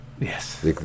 Yes